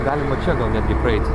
galima čia netgi praeiti